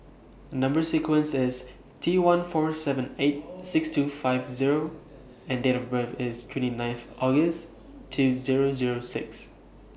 Number sequence IS T one four seven eight six two five O and Date of birth IS twenty ninth August two Zero Zero six